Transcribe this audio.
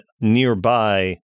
nearby